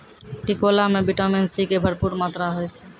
टिकोला मॅ vitamin C के भरपूर मात्रा होय छै